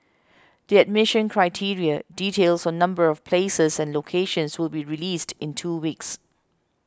the admission criteria details on number of places and locations will be released in two weeks